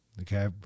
Okay